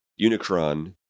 Unicron